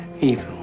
evil